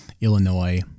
Illinois